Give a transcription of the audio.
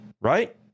right